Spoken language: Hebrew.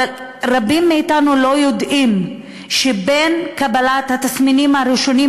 אבל רבים מאתנו לא יודעים שבין קבלת התסמינים הראשונים